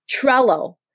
Trello